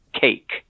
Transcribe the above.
cake